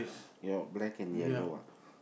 your black and yellow